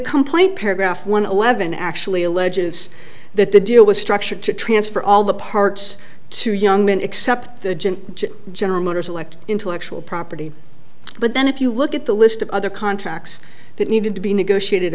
complaint paragraph one eleven actually alleges that the deal was structured to transfer all the parts to young men except the general motors elect intellectual property but then if you look at the list of other contracts that need to be negotiated